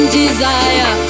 desire